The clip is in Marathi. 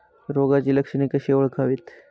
रोगाची लक्षणे कशी ओळखावीत?